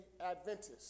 Adventist